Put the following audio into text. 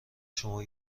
شما